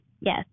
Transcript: Yes